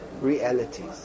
realities